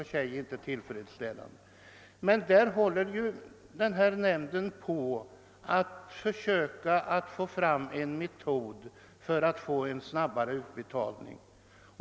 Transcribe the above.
Detta är inte tillfredsställande. Skördestatistiska nämnden försöker emellertid få fram en metod för att åstadkomma snabbare utbetalning.